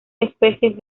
especies